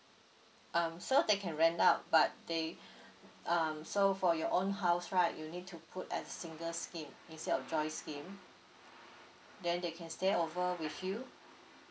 um so they can rent out but they um so for your own house right you need to put as single scheme instead of joint scheme then they can stay over with you